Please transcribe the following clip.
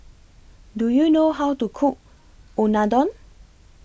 Do YOU know How to Cook Unadon